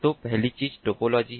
तो पहली चीज टोपोलॉजी है